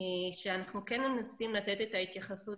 כשאנחנו כן מנסים לתת את ההתייחסות,